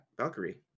Valkyrie